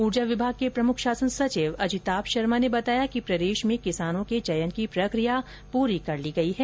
ऊर्जा विभाग के प्रमुख शासन सचिव अजिताभ शर्मा ने बताया कि प्रदेश में किसानों के चयन की प्रक्रिया पूरी कर ली गई है